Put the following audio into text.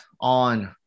on